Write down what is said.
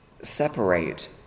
separate